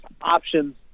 options